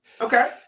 Okay